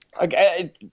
okay